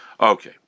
Okay